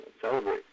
celebrate